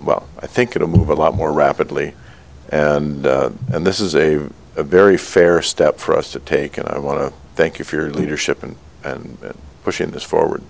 well i think it'll move a lot more rapidly and and this is a very fair step for us to take and i want to thank you for your leadership and pushing this forward